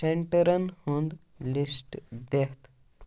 سینٛٹرن ہُنٛد لِسٹ دِتھ